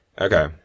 okay